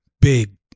Big